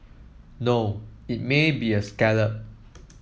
no it may be a scallop